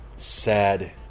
Sad